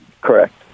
Correct